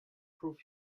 prove